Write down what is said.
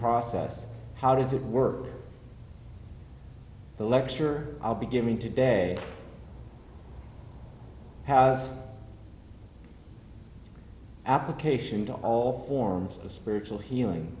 process how does it work the lecture i'll be giving today application to all forms of spiritual healing